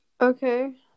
okay